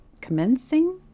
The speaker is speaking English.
commencing